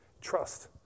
trust